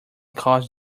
cause